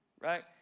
Right